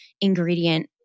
ingredient